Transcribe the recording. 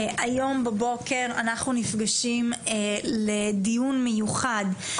היום בבוקר אנחנו נפגשים לדיון מיוחד,